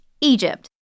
Egypt